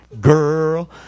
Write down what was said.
girl